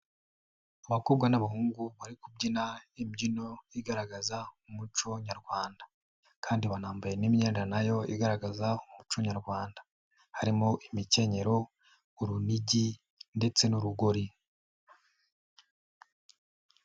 Abakobwa n'abahungu bari kubyina imbyino igaragaza umuco Nyarwanda kandi banambaye n'imyenda nayo igaragaza umuco Nyarwanda harimo imikenyero, urunigi ndetse n'urugori.